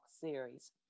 series